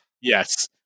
yes